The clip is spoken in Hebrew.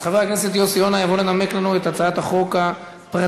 חבר הכנסת יוסי יונה יבוא לנמק לנו את הצעת החוק הפרטית